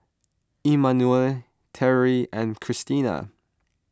Emmanuel Teri and Krystina